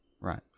Right